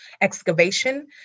excavation